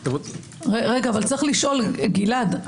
גלעד,